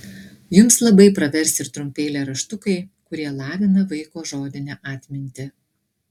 jums labai pravers ir trumpi eilėraštukai kurie lavina vaiko žodinę atmintį